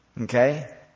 Okay